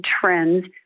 trends